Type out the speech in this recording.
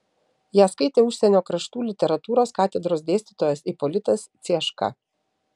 ją skaitė užsienio kraštų literatūros katedros dėstytojas ipolitas cieška